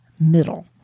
middle